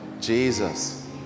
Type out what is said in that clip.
Jesus